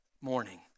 morning